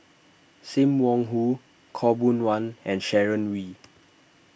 Sim Wong Hoo Khaw Boon Wan and Sharon Wee